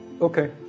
Okay